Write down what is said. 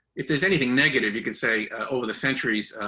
if there's anything negative, you can say over the centuries,